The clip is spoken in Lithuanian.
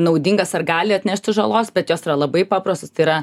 naudingas ar gali atnešti žalos bet jos yra labai paprastos tai yra